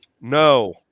no